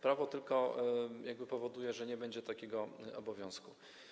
Prawo tylko powoduje, że nie będzie takiego obowiązku.